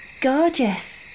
Gorgeous